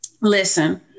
listen